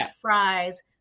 fries